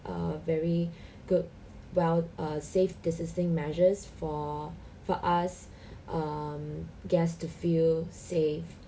a very good well a safe distancing measures for for us um guests to feel safe